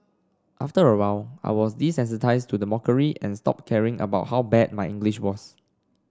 after a while I was desensitised to the mockery and stopped caring about how bad my English was